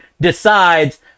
decides